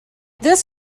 this